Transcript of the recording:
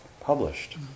published